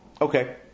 Okay